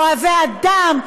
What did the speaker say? אוהבי אדם,